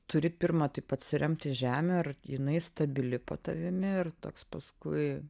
turi pirma taip atsiremt į žemę ar jinai stabili po tavimi ir toks paskui